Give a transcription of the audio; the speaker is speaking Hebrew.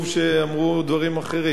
שאמרו דברים אחרים.